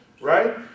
right